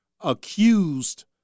accused